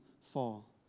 fall